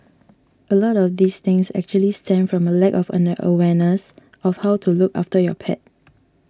a lot of these things actually stem from a lack of awareness of how to look after your pet